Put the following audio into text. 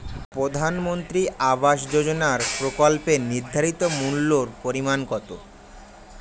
প্রধানমন্ত্রী আবাস যোজনার প্রকল্পের নির্ধারিত মূল্যে পরিমাণ কত?